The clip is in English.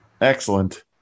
excellent